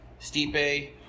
Stipe